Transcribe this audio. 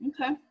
Okay